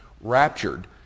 raptured